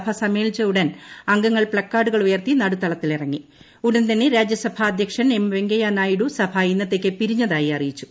സഭ സമ്മേളിച്ച ഉടൻ അംഗങ്ങൾ പ്ലക്കാർഡുകൾ ഉയർത്തി നടുത്തളത്തിലിറങ്ങി ഉടൻ തന്നെ രാജ്യസഭ അധ്യക്ഷൻ എം വെങ്കയ്യ നായിഡു സഭ ഇന്നത്തേയ്ക്ക് പിരിഞ്ഞതായി അറിയിച്ചു